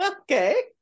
Okay